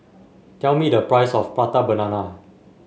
tell me the price of Prata Banana